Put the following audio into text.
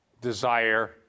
desire